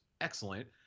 excellent